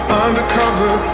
undercover